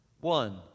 One